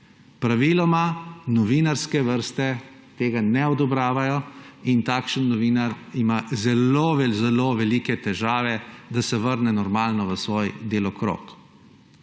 Praviloma novinarske vrste tega ne odobravajo in takšen novinar ima zelo zelo velike težave, da se vrne normalno v svoj delokrog.